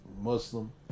Muslim